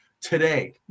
today